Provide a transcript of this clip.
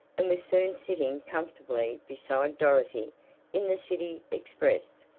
and was soon sitting comfortably beside dorothy in the city express,